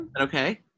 Okay